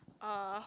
uh